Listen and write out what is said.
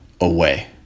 away